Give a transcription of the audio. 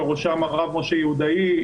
בראשם הרב משה יהודאי,